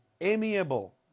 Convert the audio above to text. amiable